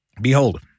Behold